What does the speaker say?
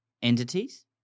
entities